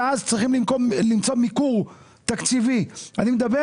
שאז צריך למצוא מיקור תקציבי; אני מדבר